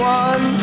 one